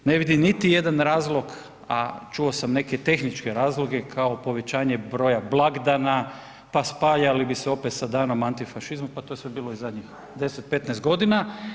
Ne vidim niti jedan razlog, a čuo sam neke tehničke razlike kao povećanje broja blagdana, pa spajali bi se opet sa danom antifašizma, pa to je sve bilo i zadnjih 10, 15 godina.